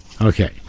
Okay